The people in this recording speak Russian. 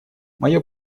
мое